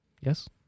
Yes